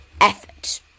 effort